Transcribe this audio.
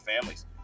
families